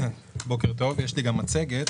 בוקר טוב, יש לי גם מצגת.